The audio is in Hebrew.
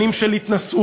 שנים של התנשאות,